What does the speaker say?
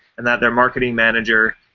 and that their marketing manager